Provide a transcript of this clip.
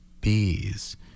bees